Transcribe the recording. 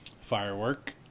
firework